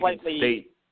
State